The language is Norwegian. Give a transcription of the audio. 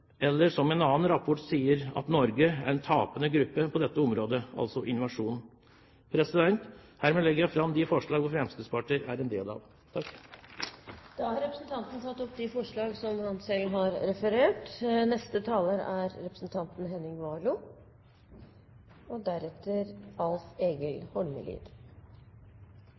eller som en annen rapport sier: Norge er en tapende gruppe på dette området – altså innovasjon. Herved tar jeg opp de forslagene som Fremskrittspartiet er medforslagsstiller til. Representanten Per Roar Bredvold har tatt opp de forslagene han har referert